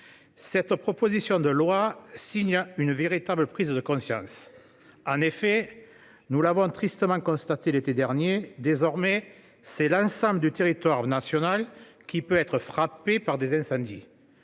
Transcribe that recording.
cette proposition de loi signe une véritable prise de conscience. En effet, nous l'avons tristement constaté l'été dernier, désormais, c'est l'ensemble du territoire national qui peut être frappé par des incendies.